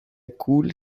cool